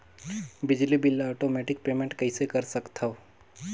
बिजली बिल ल automatic payment कइसे कर सकथव?